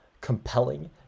Compelling